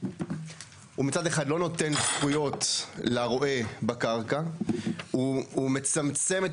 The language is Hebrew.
הוא לא נותן לרועה זכויות בקרקע והוא מצמצם את